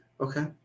okay